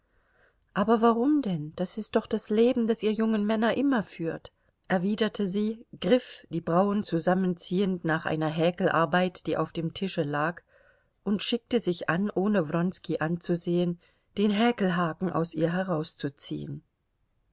aber warum denn das ist doch das leben das ihr jungen männer immer führt erwiderte sie griff die brauen zusammenziehend nach einer häkelarbeit die auf dem tische lag und schickte sich an ohne wronski anzusehen den häkelhaken aus ihr herauszuziehen